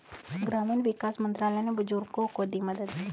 ग्रामीण विकास मंत्रालय ने बुजुर्गों को दी मदद